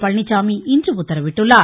பழனிச்சாமி இன்று உத்தரவிட்டுள்ளார்